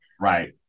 Right